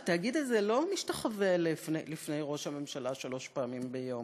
כשהתאגיד הזה לא משתחווה לפני ראש הממשלה שלוש פעמים ביום,